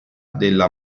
della